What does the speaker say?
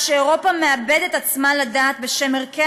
כשאירופה מאבדת עצמה לדעת בשם ערכי